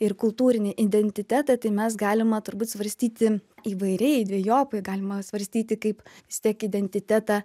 ir kultūrinį identitetą tai mes galima turbūt svarstyti įvairiai dvejopai galima svarstyti kaip vis tiek identitetą